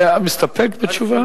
מסתפק בתשובה?